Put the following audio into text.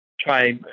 try